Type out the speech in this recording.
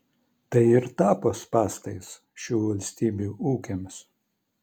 tai ir tapo spąstais šių valstybių ūkiams